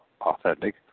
authentic